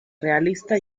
realista